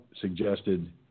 suggested